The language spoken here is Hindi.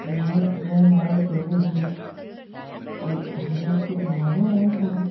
जंघई ट्रेन आई दो बजे तो हम लोग को तो मालूम नहीं था